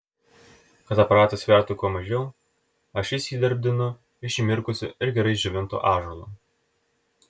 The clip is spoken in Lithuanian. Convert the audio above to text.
kad aparatas svertų kuo mažiau ašis jį dirbdinu iš įmirkusio ir gerai išdžiovinto ąžuolo